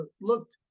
looked